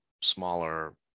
smaller